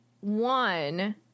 one